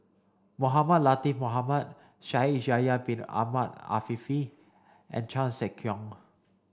Mohamed Latiff Mohamed Shaikh Yahya bin Ahmed Afifi and Chan Sek Keong